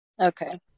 Okay